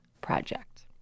project